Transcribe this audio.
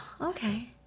okay